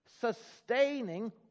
sustaining